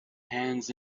hands